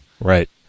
Right